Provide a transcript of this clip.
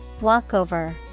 Walkover